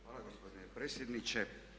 Hvala gospodine predsjedniče.